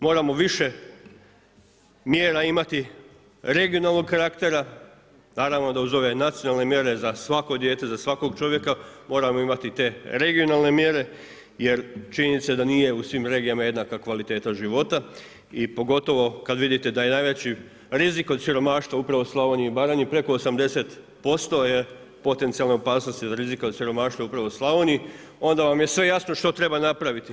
Moramo više mjera imati regionalnog karaktera, naravno da uz ove nacionalne mjere za svako dijete, za svakog čovjeka, moramo imati te regionalne mjere jer činjenica je da nije u svim regijama jednaka kvaliteta života i pogotovo kad vidite da je najveći rizik od siromaštva upravo u Slavoniji i Baranji, preko 80% je potencijalne opasnosti od rizika od siromaštva je upravo u Slavoniji, onda vam je sve jasno što treba napraviti.